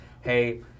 hey